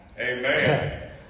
Amen